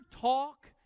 talk